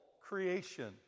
creation